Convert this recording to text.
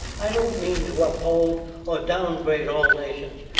i don't mean to uphold or downgrade all nations,